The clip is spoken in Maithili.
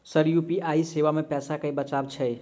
सर यु.पी.आई सेवा मे पैसा केँ बचाब छैय?